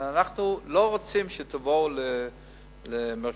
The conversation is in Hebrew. אנחנו לא רוצים שתבואו, למה?